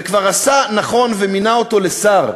וכבר עשה נכון ומינה אותו לשר,